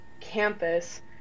campus